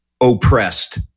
Oppressed